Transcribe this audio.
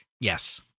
yes